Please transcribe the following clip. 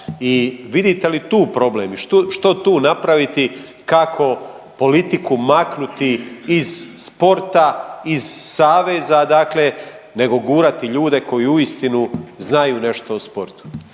vidite li tu problem? I što tu napraviti kako politiku maknuti iz sporta, iz saveza dakle, nego gurati ljude koji uistinu znaju nešto o sportu?